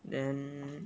then